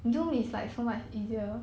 mm